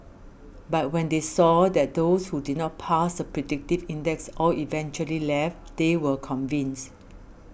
but when they saw that those who did not pass the predictive index all eventually left they were convinced